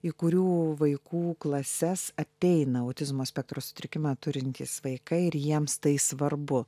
į kurių vaikų klases ateina autizmo spektro sutrikimą turintys vaikai ir jiems tai svarbu